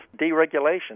deregulation